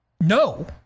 No